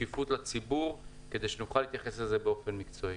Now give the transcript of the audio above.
ושקיפות לציבור כדי שנוכל להתייחס לזה באופן מקצועי.